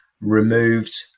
Removed